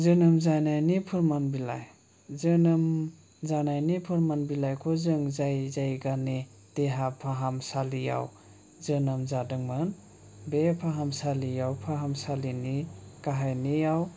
जोनोम जानायनि फोरमान बिलाइ जोनोम जानायनि फोरमान बिलाइखौ जों जाय जायगानि देहा फाहामसालियाव जोनोम जादोंमोन बे फाहामसालियाव फाहामसालिनि गाहायनियाव